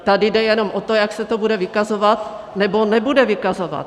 Tady jde jenom o to, jak se to bude vykazovat nebo nebude vykazovat.